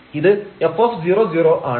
ഇത് f 00 ആണ്